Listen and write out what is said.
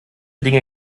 dinge